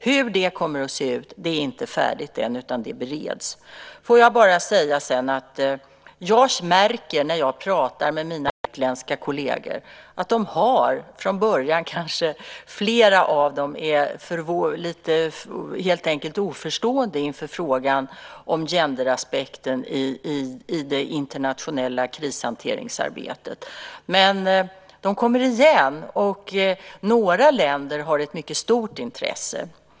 Hur det kommer att se ut är inte klart än, utan det bereds. Sedan får jag bara säga att när jag pratar med mina utländska kolleger märker jag att flera av dem från början kanske helt enkelt är lite oförstående inför frågan om genderaspekten i det internationella krishanteringsarbetet. Men de kommer igen. Några länder har ett mycket stort intresse.